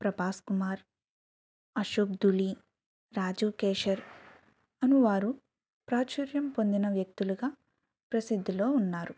ప్రభాస్కుమార్ అశోక్ధుళి రాజివ్కేశర్ అనువారు ప్రాచుర్యం పొందిన వ్యక్తులుగా ప్రసిద్ధిలో ఉన్నారు